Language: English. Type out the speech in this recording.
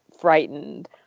frightened